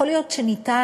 יכול להיות שאפשר,